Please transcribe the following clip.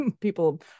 people